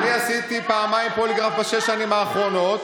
אני עשיתי פעמיים פוליגרף בשש שנים האחרונות.